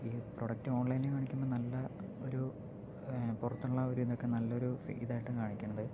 ഈ പ്രോഡക്റ്റ് ഓൺലൈനില് വാങ്ങിക്കുമ്പോൾ നല്ല ഒരു പുറത്തുള്ള ആ ഒരു ഇതൊക്കെ നല്ലൊരു ഇതായിട്ടാണ് കാണിക്കണത്